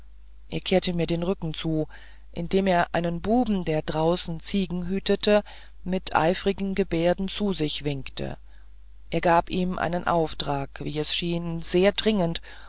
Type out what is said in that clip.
er kehrte mir den rücken zu indem er einen buben der draußen ziegen hütete mit eifrigen gebärden zu sich winkte er gab ihm einen auftrag wie es schien sehr dringend